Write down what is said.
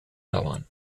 dauern